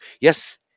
Yes